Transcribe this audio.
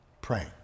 praying